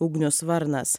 ugnius varnas